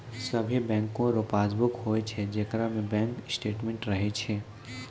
सभे बैंको रो पासबुक होय छै जेकरा में बैंक स्टेटमेंट्स रहै छै